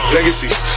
Legacies